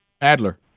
Adler